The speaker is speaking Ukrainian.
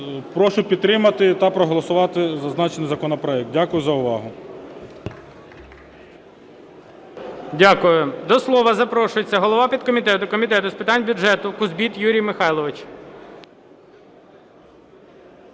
Прошу підтримати та проголосувати зазначений законопроект. Дякую за увагу. ГОЛОВУЮЧИЙ. Дякую. До слова запрошується голова підкомітету Комітету з питань бюджету Кузбит Юрій Михайлович.